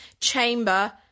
chamber